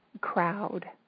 crowd